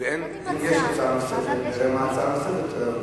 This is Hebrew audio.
אם יש הצעה נוספת, נראה מה ההצעה הנוספת.